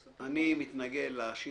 אני אגיד לך למה אני מתנגד.